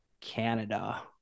canada